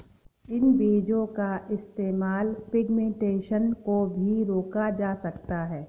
इन बीजो का इस्तेमाल पिग्मेंटेशन को भी रोका जा सकता है